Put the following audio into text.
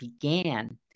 began